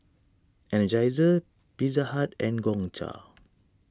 Energizer Pizza Hut and Gongcha